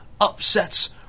upsets